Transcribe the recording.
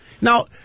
Now